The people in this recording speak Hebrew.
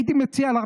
הייתי מציע לך,